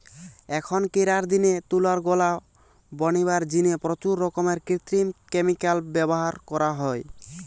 অখনকিরার দিনে তুলার গোলা বনিবার জিনে প্রচুর রকমের কৃত্রিম ক্যামিকাল ব্যভার করা হয়